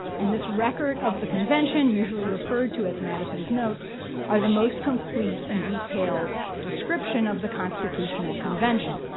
and this record of the convention usually referred to as madison's notes are the most complete and detailed description of the constitutional convention.